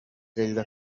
perezida